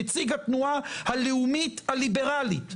נציג התנועה הלאומית הליברלית.